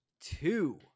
two